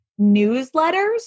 newsletters